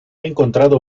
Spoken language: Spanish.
encontrado